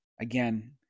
Again